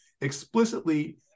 explicitly